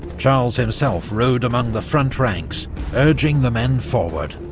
charles himself rode among the front ranks urging the men forward.